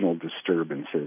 disturbances